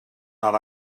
not